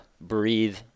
breathe